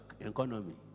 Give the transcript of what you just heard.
economy